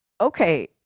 okay